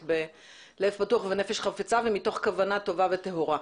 בלב פתוח ובנפש חפצה ומתוך כוונה טובה וטהורה.